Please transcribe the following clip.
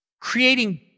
creating